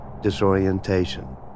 disorientation